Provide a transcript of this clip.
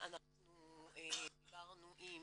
דיברנו עם